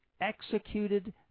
executed